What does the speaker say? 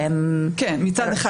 זה מצד אחד.